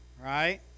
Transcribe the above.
Right